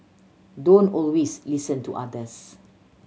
don't always listen to others